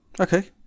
okay